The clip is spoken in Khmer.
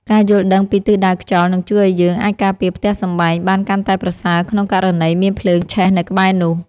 ការយល់ដឹងពីទិសដៅខ្យល់នឹងជួយឱ្យយើងអាចការពារផ្ទះសម្បែងបានកាន់តែប្រសើរក្នុងករណីមានភ្លើងឆេះនៅក្បែរនោះ។